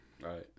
Right